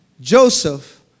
Joseph